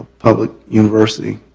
public university,